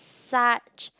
such